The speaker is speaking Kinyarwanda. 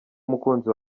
umukunzi